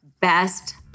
best